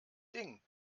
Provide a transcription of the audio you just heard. ding